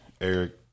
Eric